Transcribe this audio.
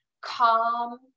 calm